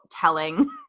telling